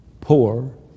poor